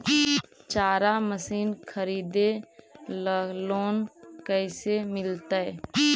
चारा मशिन खरीदे ल लोन कैसे मिलतै?